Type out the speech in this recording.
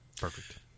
Perfect